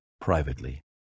privately